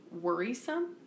worrisome